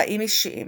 חיים אישיים